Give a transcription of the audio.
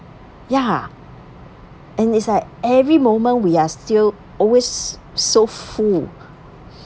ya and it's like every moment we are still always so full